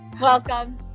welcome